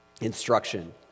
instruction